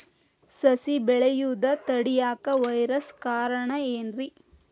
ಸಸಿ ಬೆಳೆಯುದ ತಡಿಯಾಕ ವೈರಸ್ ಕಾರಣ ಏನ್ರಿ?